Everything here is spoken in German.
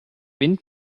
wind